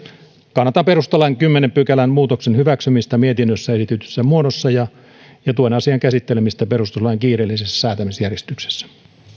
kannatan perustuslain kymmenennen pykälän muutoksen hyväksymistä mietinnössä esitetyssä muodossa ja tuen asian käsittelemistä perustuslain kiireellisessä säätämisjärjestyksessä